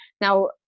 Now